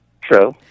True